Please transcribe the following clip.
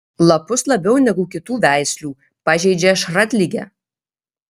lapus labiau negu kitų veislių pažeidžia šratligė